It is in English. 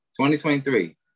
2023